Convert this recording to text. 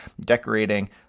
decorating